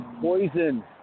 poison